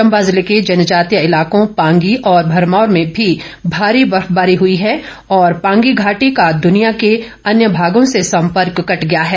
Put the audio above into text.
चम्बा जिले के जनजातीय इलाको पांगी और भरमौर में भी भारी बर्फबारी हुई और पांगी घाटी का दूनिया के अन्य भागों से सम्पर्क कट गया है